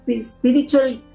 spiritual